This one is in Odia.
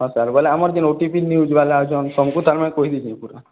ହଁ ସାର୍ ବୋଲେ ଆମର୍ ଯେନ୍ ଓଟିପି ନ୍ୟୁଜ୍ବାଲା ଅଛନ୍ ସମ୍କୁ ତାର୍ମାନେ କହିଁ ଦେଇଛୁଁ ପୁରା